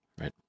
Right